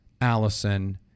Allison